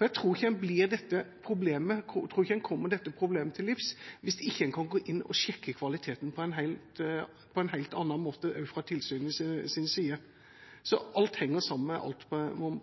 Jeg tror ikke en kommer dette problemet til livs hvis en ikke kan gå inn og sjekke kvaliteten på en helt annen måte også fra tilsynets side. Så alt henger sammen med alt,